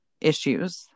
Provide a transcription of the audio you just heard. issues